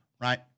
right